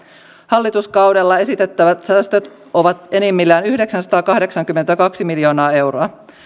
hallituskaudella esitettävät säästöt ovat enimmillään yhdeksänsataakahdeksankymmentäkaksi miljoonaa euroa